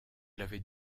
l’avez